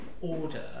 order